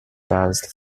best